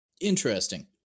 Interesting